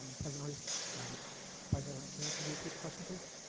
president reese um but can can you repeat the question, please?